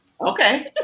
Okay